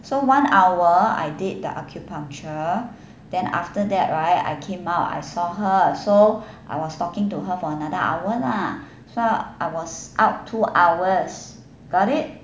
so one hour I did the acupuncture then after that right I came out I saw her so I was talking to her for another hour lah so I was out two hours got it